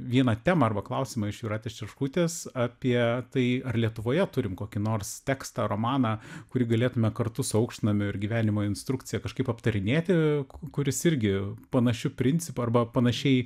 vieną temą arba klausimą iš jūratės čerškutės apie tai ar lietuvoje turim kokį nors tekstą romaną kurį galėtume kartu su aukštnamiu ir gyvenimo instrukcija kažkaip aptarinėti kuris irgi panašiu principu arba panašiai